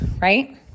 right